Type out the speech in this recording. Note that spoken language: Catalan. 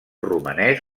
romanès